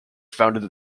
founded